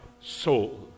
soul